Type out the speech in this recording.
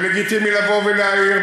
ולגיטימי לבוא ולהעיר,